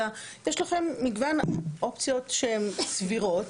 אלא יש לכם מגוון אופציות שהם סבירות,